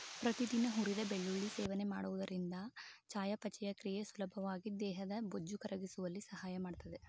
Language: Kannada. ಪ್ರತಿದಿನ ಹುರಿದ ಬೆಳ್ಳುಳ್ಳಿ ಸೇವನೆ ಮಾಡುವುದರಿಂದ ಚಯಾಪಚಯ ಕ್ರಿಯೆ ಸುಲಭವಾಗಿ ದೇಹದ ಬೊಜ್ಜು ಕರಗಿಸುವಲ್ಲಿ ಸಹಾಯ ಮಾಡ್ತದೆ